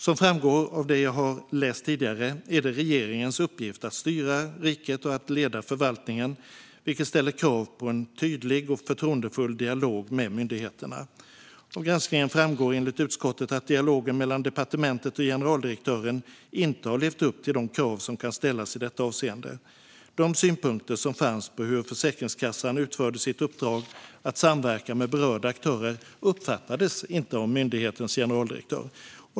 Som framgår av det jag har läst upp tidigare är det regeringens uppgift att styra riket och att leda förvaltningen, vilket ställer krav på en tydlig och förtroendefull dialog med myndigheterna. Av granskningen framgår, enligt utskottet, att dialogen mellan departementet och generaldirektören inte har levt upp till de krav som kan ställas i detta avseende. De synpunkter som fanns på hur Försäkringskassan utförde sitt uppdrag att samverka med berörda aktörer uppfattades inte av myndighetens generaldirektör.